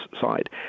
side